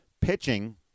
pitching